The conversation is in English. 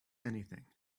anything